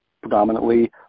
predominantly